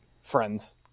friends